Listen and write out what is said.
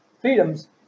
freedoms